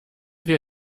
wir